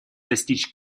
достичь